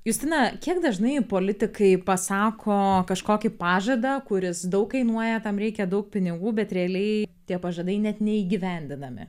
justina kiek dažnai politikai pasako kažkokį pažadą kuris daug kainuoja tam reikia daug pinigų bet realiai tie pažadai net neįgyvendinami